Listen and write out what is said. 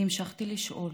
אני המשכתי לשאול